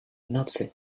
nocy